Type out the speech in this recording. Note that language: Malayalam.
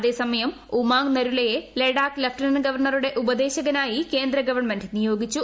അതേസമയം ഉമംഗ് നരുലയെ ലഡാക്ക് ലഫ്റ്റനന്റ് ഗവർണറുടെ ഉപദേശകനായി കേന്ദ്രഗവണ്മെന്റ് നിയോഗിച്ചു